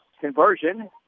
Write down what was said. conversion